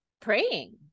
praying